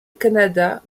canada